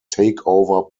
takeover